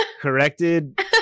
corrected